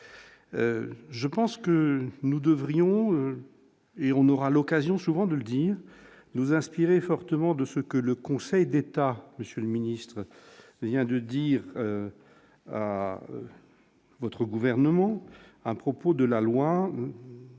Je pense que nous devrions et on aura l'occasion souvent de dire nous inspirer fortement de ce que le Conseil d'État, monsieur le ministre vient de dire à votre gouvernement à propos de la loi des